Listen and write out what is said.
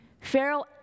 Pharaoh